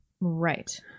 Right